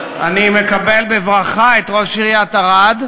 אני מקבל בברכה את ראש עיריית ערד,